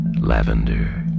lavender